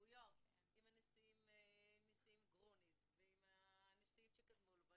התכתבויות עם הנשיא גרוניס ועם הנשיאים שקדמו לו,